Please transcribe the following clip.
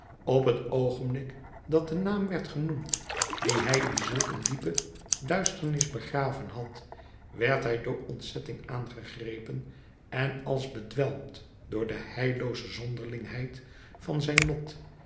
op het oogenblik dat de naam werd genoemd dien hij in zulk een diepe duisternis begraven had werd hij door ontzetting aangegrepen en als bedwelmd door de heillooze zonderlingheid van zijn lot